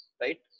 right